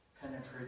penetrate